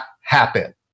happen